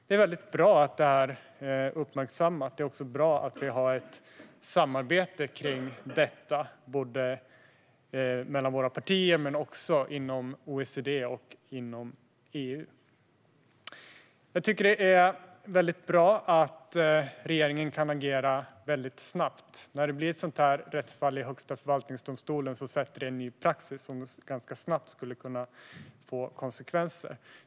Det är bra att frågan har uppmärksammats, och det är också bra att det finns ett samarbete mellan våra partier, inom OECD och inom EU. Det är bra att regeringen kan agera snabbt. När det kommer ett sådant rättsfall till Högsta förvaltningsdomstolen sätter det ny praxis som snabbt kan få konsekvenser.